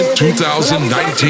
2019